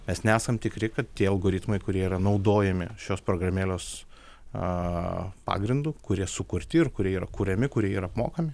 mes nesam tikri kad tie algoritmai kurie yra naudojami šios programėlės a pagrindu kurie sukurti ir kurie yra kuriami kurie yra apmokami